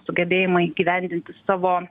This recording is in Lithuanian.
sugebėjimą įgyvendinti savo